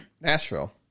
Nashville